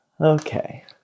Okay